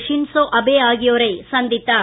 Shinzo Abe ஆகியோரை சந்தித்தார்